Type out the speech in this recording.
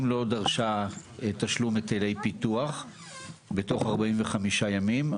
אם לא דרשה תשלום היטלי פיתוח בתוך 45 ימים,